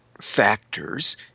factors